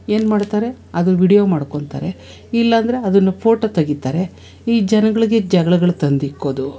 ಏನ್ಮಾಡ್ತಾರೆ ಅದು ವೀಡಿಯೋ ಮಾಡ್ಕೊಳ್ತಾರೆ ಇಲ್ಲಾಂದ್ರೆ ಅದನ್ನು ಫೋಟೋ ತೆಗೀತಾರೆ ಈ ಜನಗಳಿಗೆ ಜಗ್ಳಗಳು ತಂದಿಕ್ಕೋದು